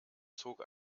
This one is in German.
zog